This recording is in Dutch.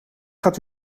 gaat